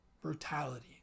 brutality